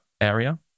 area